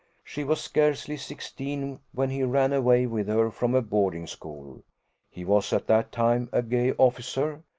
she was scarcely sixteen when he ran away with her from a boarding-school he was at that time a gay officer,